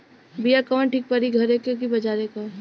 बिया कवन ठीक परी घरे क की बजारे क?